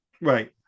Right